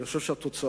אני חושב שהתוצאות,